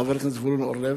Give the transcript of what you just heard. ולחבר הכנסת זבולון אורלב,